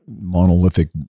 monolithic